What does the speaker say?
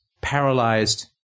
paralyzed